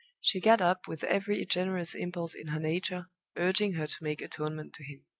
she got up with every generous impulse in her nature urging her to make atonement to him.